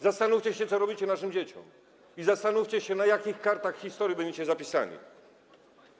Zastanówcie się, co robicie naszym dzieciom, zastanówcie się, na jakich kartach historii będziecie zapisani.